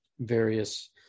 various